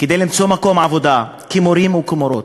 כדי למצוא מקום עבודה כמורים או כמורות.